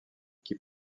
qui